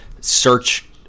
search